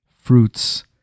fruits